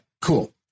cool